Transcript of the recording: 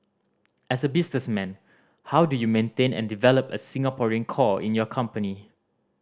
as a businessman how do you maintain and develop a Singaporean core in your company